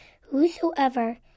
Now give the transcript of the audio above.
Whosoever